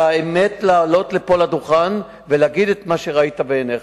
לעלות לדוכן ולהגיד את מה שראית בעיניך.